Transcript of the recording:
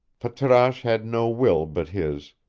patrasche had no will but his,